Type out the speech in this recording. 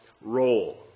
role